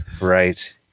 Right